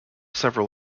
several